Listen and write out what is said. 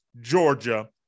Georgia